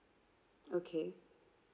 okay